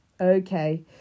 okay